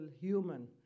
human